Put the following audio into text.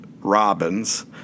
robins